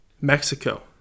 Mexico